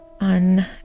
on